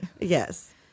Yes